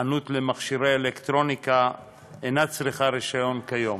חנות למכשירי אלקטרוניקה אינה צריכה רישיון כיום,